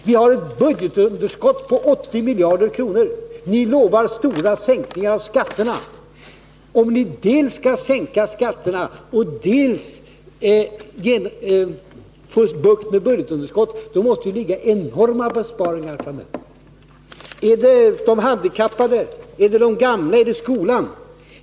Vi har ett budgetunderskott på 80 miljarder kronor. Ni lovar stora sänkningar av skatterna. Om ni dels skall sänka skatterna, dels skall få bukt med budgetunderskottet måste det bli enorma besparingar framöver. Är det de handikappade, är det de gamla, är det skolan som det gäller?